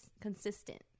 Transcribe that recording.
consistent